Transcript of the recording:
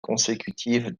consécutives